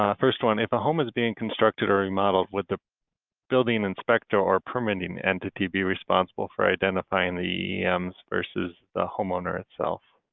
ah first one, if a home is being constructed or remodeled, would the building inspector or permitting entity be responsible for identifying the eems versus the homeowner itself?